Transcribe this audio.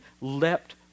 leapt